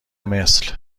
مثل